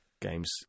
games